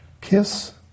Kiss